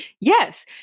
yes